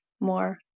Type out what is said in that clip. more